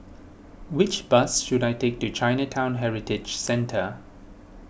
which bus should I take to Chinatown Heritage Centre